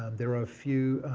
um there are a few